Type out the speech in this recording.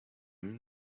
then